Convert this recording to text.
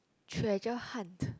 treasure hunt